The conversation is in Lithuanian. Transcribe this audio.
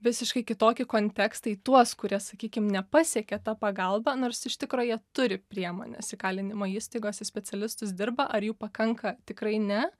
visiškai kitokį kontekstą į tuos kurie sakykim nepasiekia ta pagalba nors iš tikro jie turi priemones įkalinimo įstaigose specialistus dirba ar jų pakanka tikrai ne